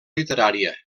literària